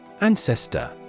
Ancestor